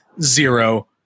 Zero